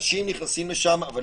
אנשים נכנסים לשם, אבל